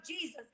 Jesus